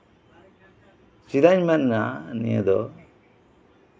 ᱪᱮᱫᱟᱜ ᱤᱧ ᱢᱮᱱᱟ ᱱᱤᱭᱟᱹ ᱫᱚ